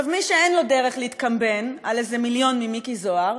מי שאין לו דרך להתקמבן על איזה מיליון ממיקי זוהר,